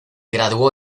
graduó